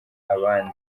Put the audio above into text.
abandi